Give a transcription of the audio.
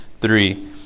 three